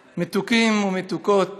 חברים וחברות מתוקים ומתוקות